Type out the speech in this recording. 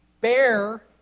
bear